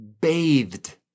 bathed